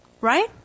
Right